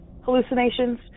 hallucinations